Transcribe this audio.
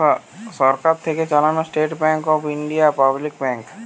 সরকার থেকে চালানো State Bank of India public bank